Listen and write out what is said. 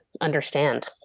understand